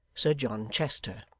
sir john chester.